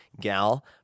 gal